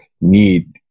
need